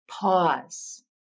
Pause